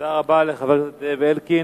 תודה רבה לחבר הכנסת זאב אלקין.